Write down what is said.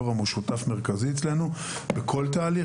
יורם הוא שותף מרכזי אצלנו בכל תהליך,